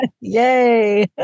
Yay